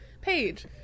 Page